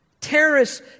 Terrorists